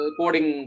coding